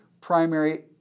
primary